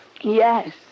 Yes